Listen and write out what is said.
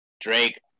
drake